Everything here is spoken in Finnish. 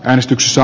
äänestyksissä